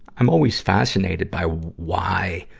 i'm always fascinated by why,